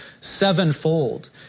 sevenfold